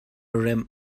remh